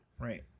Right